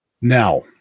Now